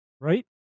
Right